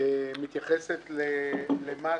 שמתייחסת למה